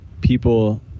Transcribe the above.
people